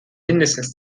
mindestens